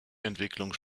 entwicklungen